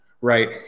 Right